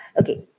Okay